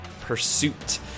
pursuit